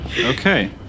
Okay